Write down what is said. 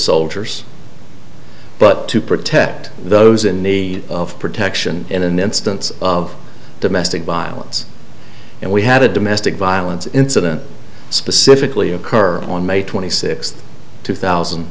soldiers but to protect those in need of protection in an instance of domestic violence and we had a domestic violence incident specifically occur on may twenty sixth two thousand